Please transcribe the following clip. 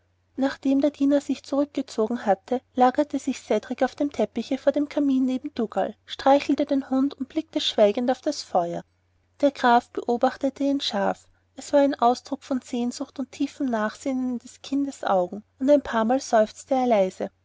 nachdem der diener sich zurückgezogen hatte lagerte sich cedrik auf dem teppiche vor dem kamine neben dougal streichelte den hund und blickte schweigend auf das feuer der graf beobachtete ihn scharf es war ein ausdruck von sehnsucht und tiefem nachsinnen in des kindes augen und ein paarmal seufzte er leise